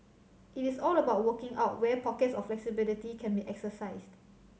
it is all about working out where pockets of flexibility can be exercised